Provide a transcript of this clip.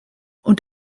und